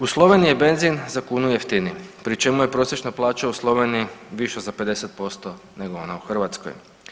U Sloveniji je benzin za kunu jeftiniji pri čemu je prosječna plaća u Sloveniji viša za 50% nego ona u Hrvatskoj.